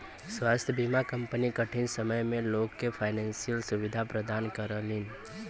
स्वास्थ्य बीमा कंपनी कठिन समय में लोग के फाइनेंशियल सुविधा प्रदान करलीन